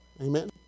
Amen